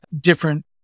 different